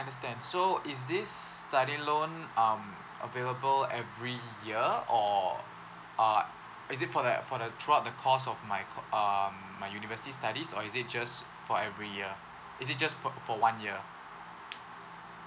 understand so is this study loan um available every year or uh is it for that for the throughout the course of my um my university studies or is it just for every year is it just fo~ for one year